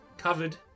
Covered